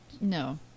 No